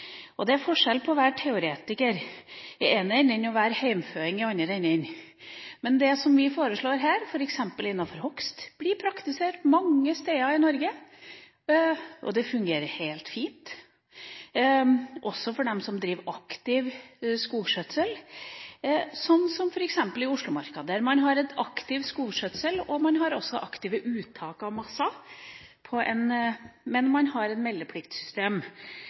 å være teoretiker i den ene enden og å være heimføding i den andre enden. Men det vi foreslår her, f.eks. innenfor hogst, blir praktisert mange steder i Norge. Det fungerer helt fint, også for dem som driver aktiv skogskjøtsel, sånn som f.eks. i Oslomarka, der man har en aktiv skogskjøtsel, og man har også aktive uttak av masser. Men man har et meldepliktsystem,